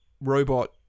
robot